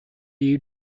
you